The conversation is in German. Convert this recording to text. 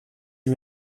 sie